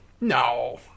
No